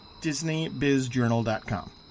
DisneyBizJournal.com